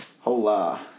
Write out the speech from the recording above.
hola